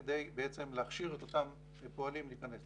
כדי להכשיר את אותם פועלים להיכנס.